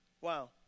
Wow